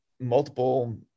multiple